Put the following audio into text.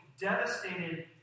devastated